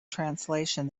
translation